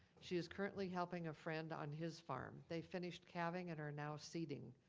she is currently helping a friend on his farm. they finished calving and are now seeding.